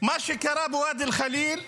מה שקרה בואדי אל-חליל,